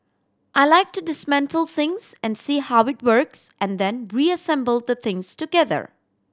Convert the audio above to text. I like to dismantle things and see how it works and then reassemble the things together